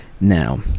Now